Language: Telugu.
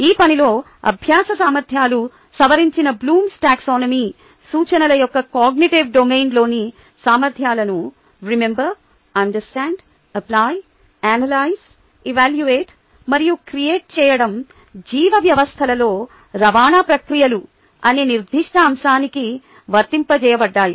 ఈ పనిలో అభ్యాస సామర్ధ్యాలు సవరించిన బ్లూమ్స్ టాక్సానమీ Bloom's Taxonomy సూచనల యొక్క కాగ్నిటివ్ డొమైన్లోని సామర్ధ్యాలను remember understand apply analyse evaluate మరియు క్రియేట్ చేయడం జీవ వ్యవస్థలలో రవాణా ప్రక్రియలు అనే నిర్దిష్ట అంశానికి వర్తింపజేయబడ్డాయి